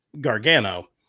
Gargano